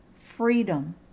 freedom